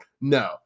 No